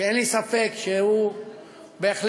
שאין לי ספק שהוא בהחלט